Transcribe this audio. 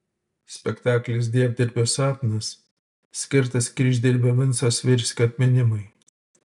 spektaklis dievdirbio sapnas skirtas kryždirbio vinco svirskio atminimui